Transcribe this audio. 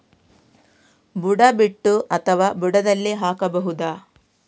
ಬುಡ ಬಿಟ್ಟು ಅಥವಾ ಬುಡದಲ್ಲಿ ಹಾಕಬಹುದಾ?